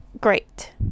great